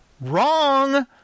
Wrong